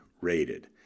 rated